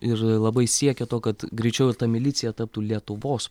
ir labai siekė to kad greičiau ir ta milicija taptų lietuvos